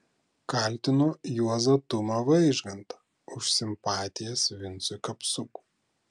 kaltino juozą tumą vaižgantą už simpatijas vincui kapsukui